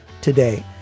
today